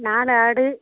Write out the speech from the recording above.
நாலு ஆடு